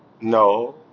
No